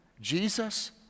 Jesus